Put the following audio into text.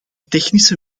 technische